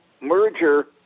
merger